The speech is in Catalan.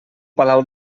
palau